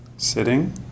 sitting